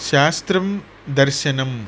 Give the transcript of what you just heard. शास्त्रं दर्शनम्